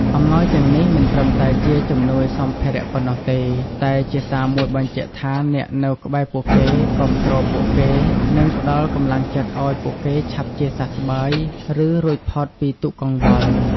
អំណោយទាំងនេះមិនត្រឹមតែជាជំនួយសម្ភារៈប៉ុណ្ណោះទេ តែជាសារមួយបញ្ជាក់ថាអ្នកនៅក្បែរពួកគេ គាំទ្រពួកគេ និងផ្តល់កម្លាំងចិត្តឲ្យពួកគេឆាប់ជាសះស្បើយ ឬរួចផុតពីទុក្ខកង្វល់។